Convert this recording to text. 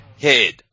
head